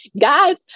guys